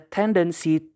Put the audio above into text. tendency